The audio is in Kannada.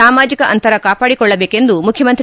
ಸಾಮಾಜಿಕ ಅಂತರ ಕಾಪಾಡಿಕೊಳ್ಳಬೇಕೆಂದು ಮುಖ್ಯಮಂತ್ರಿ